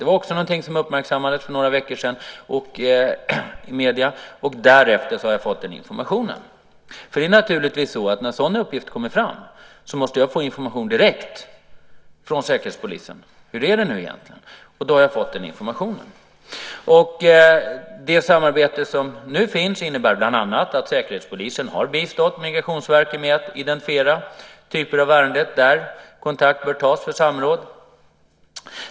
Det var också någonting som uppmärksammades för några veckor sedan i medierna, och därefter har jag fått den informationen. Det är naturligtvis så att när en sådan uppgift kommer fram, måste jag få information direkt från Säkerhetspolisen om hur det egentligen är, och då har jag fått den informationen. Det samarbete som nu finns innebär bland annat att Säkerhetspolisen har bistått Migrationsverket med att identifiera typer av ärenden där kontakt bör tas för samråd.